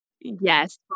Yes